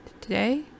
today